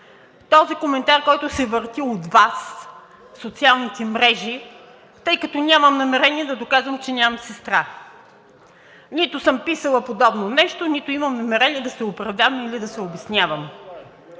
този коментар, който се върти от Вас в социалните мрежи, тъй като нямам намерение да доказвам, че нямам сестра. Нито съм писала подобно нещо, нито имам намерение да се оправдавам или да се обяснявам.